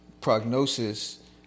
prognosis